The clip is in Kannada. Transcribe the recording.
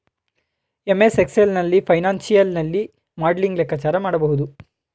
ಎಂ.ಎಸ್ ಎಕ್ಸೆಲ್ ನಲ್ಲಿ ಫೈನಾನ್ಸಿಯಲ್ ನಲ್ಲಿ ಮಾಡ್ಲಿಂಗ್ ಲೆಕ್ಕಾಚಾರ ಮಾಡಬಹುದು